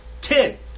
Ten